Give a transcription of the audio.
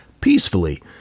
peacefully